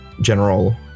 general